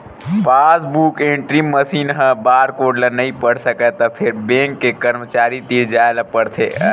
passbook entry machine ह barcode ल नइ पढ़ सकय त फेर बेंक के करमचारी तीर जाए ल परथे